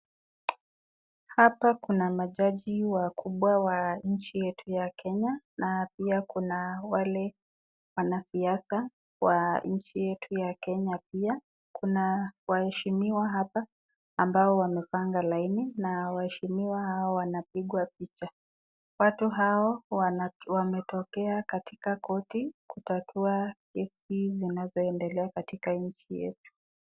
Majaji wakubwa wa nchi yetu ya Kenya na pia kuna wale wanasiasa na waheshimiwa ambao wamepanga laini kupigwa picha. Watu hao wanatokea katika koti kutatua kesi zinazoendelea katika nchi yetu.